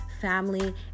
family